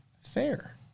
fair